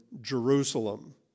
Jerusalem